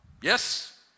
yes